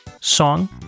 song